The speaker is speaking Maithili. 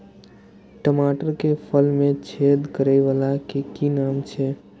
टमाटर के फल में छेद करै वाला के कि नाम छै?